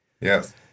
Yes